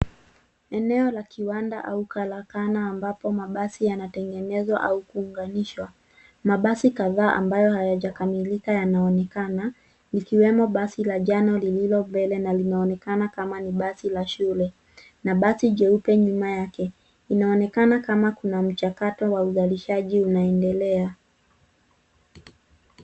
Eneo la kiwanda au karakana ambapo mabasi yanatengenezwa au kuunganishwa. Mabasi kadhaa ambayo hayajakamilika yanaonekana, ikiwemo basi la njano lililo mbele na linaonekana kama ni basi la shule, na basi jeupe nyuma yake. Inaonekana kama kuna mchakato wa uzalishaji unaendelea.